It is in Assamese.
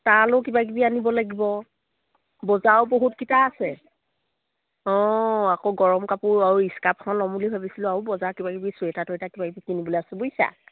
তালো কিবাকিবি আনিব লাগিব বজাৰো বহুতকেইটা আছে অঁ আকৌ গৰম কাপোৰ আৰু স্কাৰ্ফখন ল'ম বুলি ভাবিছিলো আৰু বজাৰ কিবাকিবি চুৱেটাৰ টুৱেটাৰ কিবাকিবি কিনিবলৈ আছে বুজিছা